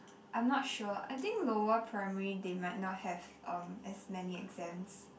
I'm not sure I think lower primary they might not have um as many exams